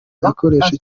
igikoresho